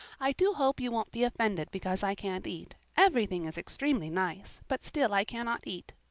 i do hope you won't be offended because i can't eat. everything is extremely nice, but still i cannot eat.